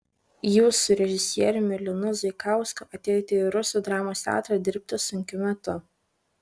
jūs su režisieriumi linu zaikausku atėjote į rusų dramos teatrą dirbti sunkiu metu